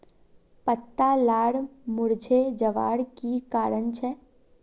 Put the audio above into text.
पत्ता लार मुरझे जवार की कारण छे?